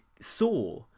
saw